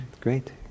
Great